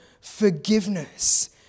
forgiveness